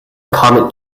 comet